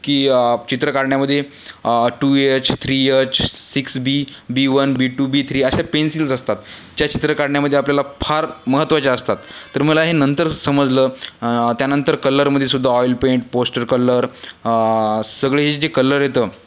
की चित्र काढण्यामध्ये two H three H six B B one B two B three अशा पेन्सिल्स असतात ज्या चित्र काढण्यामध्ये आपल्याला फार महत्वाच्या असतात तर मला हे नंतर समजलं त्यानंतर कलरमध्ये सुद्धा ऑइल पेंट पोस्टर कलर सगळे हे जे कलर येतं